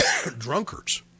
drunkards